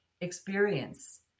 experience